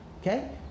Okay